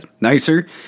nicer